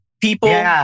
People